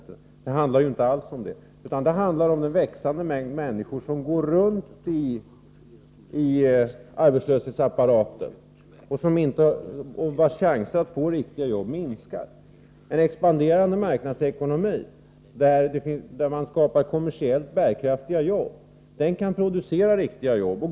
Men det handlar ju inte alls om det, utan det handlar om en växande mängd människor som går runt i arbetslöshetsapparaten och vilkas chanser att få riktiga jobb minskar. En expanderande marknadsekonomi, där man skapar kommersiellt bärkraftiga jobb, kan producera riktiga jobb.